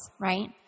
right